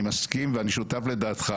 ואני מסכים ואני שותף לדעתך,